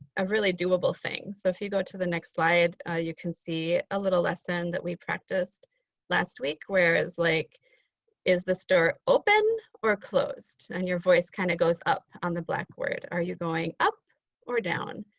a really doable thing. so if you go to the next slide you can see a little lesson that we practiced last week where is like is the store open or closed? and your voice kind of goes up on the blackboard. are you going up or down?